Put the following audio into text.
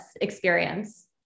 experience